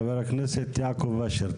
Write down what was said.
חבר הכנסת יעקב אשר,